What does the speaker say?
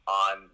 on